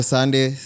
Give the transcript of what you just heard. Sunday